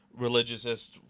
religiousist